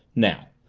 now,